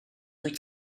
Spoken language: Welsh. wyt